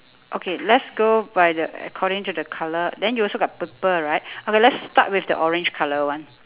okay let's go by the according to the colour then you also got purple right okay let's start with the orange colour one